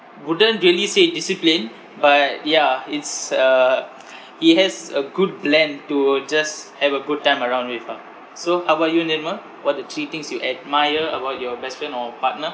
wouldn't really say discipline but ya it's uh he has a good blend to just have a good time around with ah so how about you nema what are the three things you admire about your best friend or partner